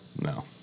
No